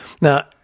Now